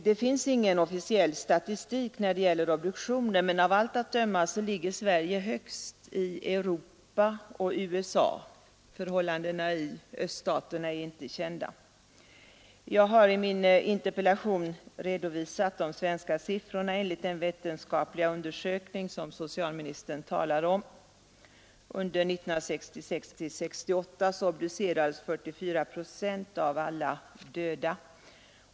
Det finns ingen officiell statistik när det gäller obduktioner, men av allt att döma ligger Sverige högst i Europa och USA — förhållandena i öststaterna är inte kända. Jag har i min interpellation redovisat de svenska siffrorna enligt den vetenskapliga undersökning socialministern talar om. Under åren 1966—1968 obducerades 44 procent av alla döda.